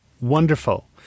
Wonderful